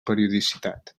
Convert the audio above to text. periodicitat